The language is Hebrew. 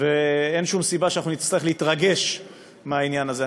ואין שום סיבה שאנחנו נצטרך להתרגש מהעניין הזה.